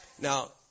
Now